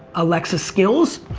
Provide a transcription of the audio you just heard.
alexa skills,